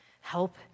Help